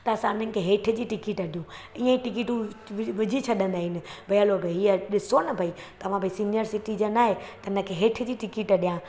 त असां हिननि खे हेठि जी टिकट ॾियूं ईअं टिकटूं विझी छॾंदा आहिनि भई हलो हीअं ॾिसो न भई तव्हां भई सीनियर सिटीजन आहे त हिन खे हेठि जी टिकट ॾिया